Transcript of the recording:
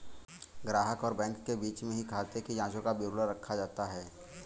ग्राहक और बैंक के बीच में ही खाते की जांचों का विवरण रखा जाता है